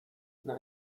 nice